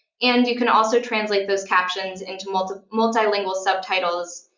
and you can also translate those captions into ah into multilingual subtitles,